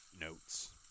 notes